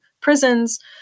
prisons